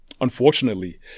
Unfortunately